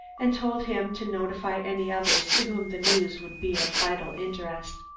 and told him to notify any others to whom the news would be of vital interest.